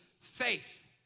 faith